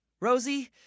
Rosie